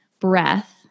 breath